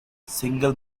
single